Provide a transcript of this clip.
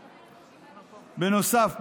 בנוסף,